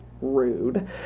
rude